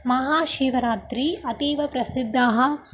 महाशिवरात्रि अतीव प्रसिद्धाः